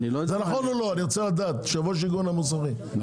יו"ר איגוד המוסכים,